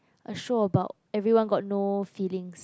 a show about everyone got no feelings